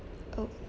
oh